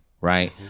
Right